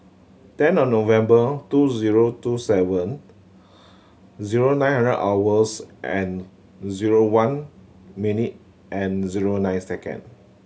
ten of November two zero two seven zero nine hundred hours and zero one minute and zero nine second